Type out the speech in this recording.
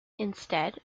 instead